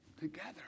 together